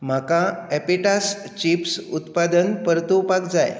म्हाका एपिटास चिप्स उत्पादन परतुवपाक जाय